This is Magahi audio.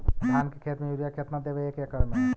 धान के खेत में युरिया केतना देबै एक एकड़ में?